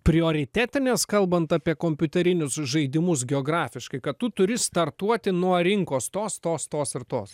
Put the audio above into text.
prioritetinės kalbant apie kompiuterinius žaidimus geografiškai kad tu turi startuoti nuo rinkos tos tos tos ir tos